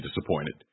disappointed